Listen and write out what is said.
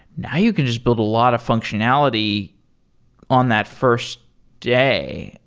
now you can just build a lot of functionality on that first day.